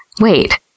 Wait